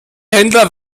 händler